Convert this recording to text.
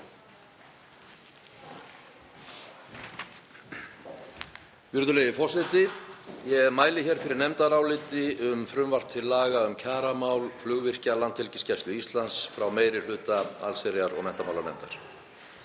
Virðulegi forseti. Ég mæli hér fyrir nefndaráliti um frumvarp til laga um kjaramál flugvirkja Landhelgisgæslu Íslands, frá meiri hluta allsherjar- og menntamálanefndar.